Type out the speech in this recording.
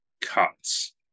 cuts